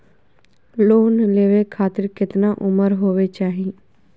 Loan लेवे खातिर केतना उम्र होवे चाही?